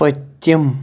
پٔتِم